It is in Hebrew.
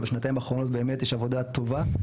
ובשנתיים האחרונות באמת יש עבודה טובה,